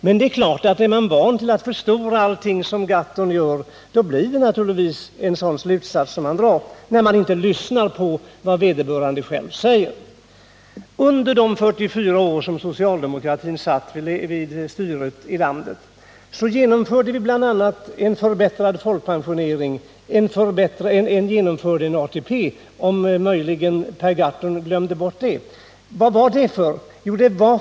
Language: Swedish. Men det är klart att är man van att förstora allting, som Per Gahrton brukar göra, blir det en sådan slutsats man drar när man inte lyssnar på vad vederbörande själv säger. Under de 44 år socialdemokratin satt vid styret i landet genomförde den bl.a. en förbättrad folkpensionering. Vi införde också ATP, om möjligen Per Gahrton glömde bort det. Vad var vår avsikt med den?